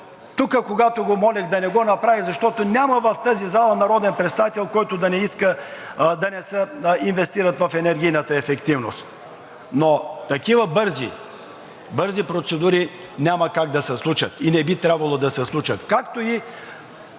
тук, когато го молех да не го направи, защото в тази зала няма народен представител, който да не иска да не се инвестират в енергийна ефективност. Но такива бързи процедури няма как да се случат и не би трябвало да се случат.